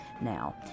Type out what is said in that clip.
now